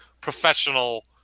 professional